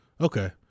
Okay